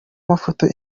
mafoto